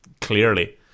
clearly